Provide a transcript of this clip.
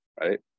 right